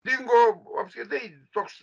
dingo apskritai toks